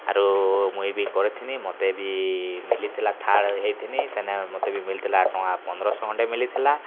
ଆରୁ ମୁଇଁ ବି କରିଥିନି ମୋତେ ବି ମିଲିଥିଲା ଥାର୍ଡ଼ ହେଇଥିନି ସେନେ ମୋତେ ବି ମିଲିଥିଲା ଟଙ୍କା ପନ୍ଦରଶ ଖଣ୍ଡେ ମିଲିଥିଲା